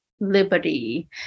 liberty